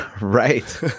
Right